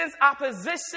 opposition